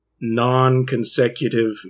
non-consecutive